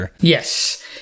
Yes